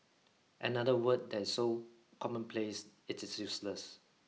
another word that is so commonplace it is useless